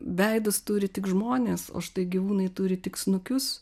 veidus turi tik žmonės o štai gyvūnai turi tik snukius